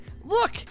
Look